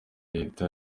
leta